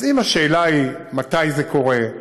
אז אם השאלה היא: מתי זה קורה?